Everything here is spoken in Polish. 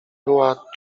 była